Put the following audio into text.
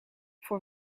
voor